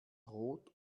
rot